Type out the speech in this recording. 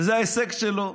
וזה ההישג שלו,